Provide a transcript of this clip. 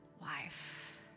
Life